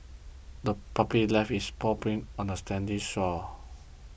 the puppy left its paw prints on the sandy shore